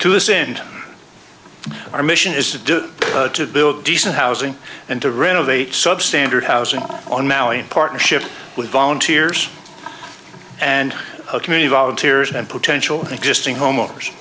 send our mission is to do to build decent housing and to renovate substandard housing on maui in partnership with volunteers and a community volunteers and potential existing homeowners